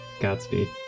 Godspeed